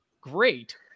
great